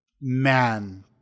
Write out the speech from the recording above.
man